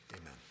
amen